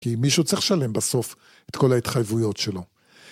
כי מישהו צריך לשלם בסוף את כל ההתחייבויות שלו.